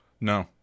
No